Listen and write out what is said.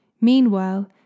Meanwhile